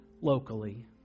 locally